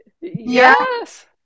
yes